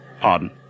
Pardon